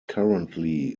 currently